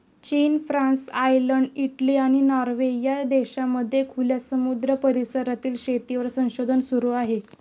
चीन, France, Ireland, Italy, आणि Norway या देशांमध्ये खुल्या समुद्र परिसरातील शेतीवर संशोधन सुरू आहे